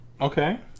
Okay